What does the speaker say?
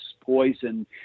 poison